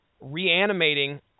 reanimating